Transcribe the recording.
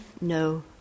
no